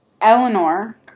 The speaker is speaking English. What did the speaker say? Eleanor